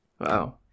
wow